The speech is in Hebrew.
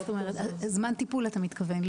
זאת אומרת זמן טיפול אתה מתכוון,